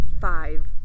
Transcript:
Five